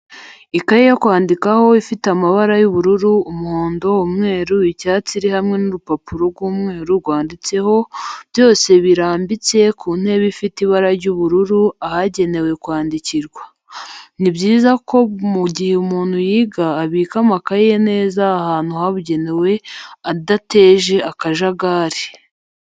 Ikaye yo kwandikano ifite amabara y'ubururu, umuhondo, umweru icyatsi iri hamwe n'urupapuro rw'umweru rwanditseho, byose birambitse ku ntebe ifite ibara ry'ubururu ahagenewe kwandikirwa. ni byiza ko mu gihe umuntu yiga abika amakayi ye neza ahantu habugenewe adateje akajagari.